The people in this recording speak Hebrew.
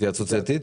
התייעצות סיעתית?